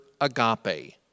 agape